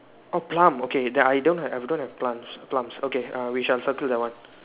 oh plum okay then I don't have I don't have plants plums okay err we shall circle that one